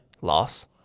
Loss